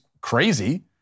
crazy